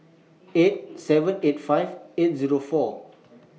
eight seven eight five eight Zero four